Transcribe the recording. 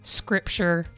scripture